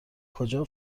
کجا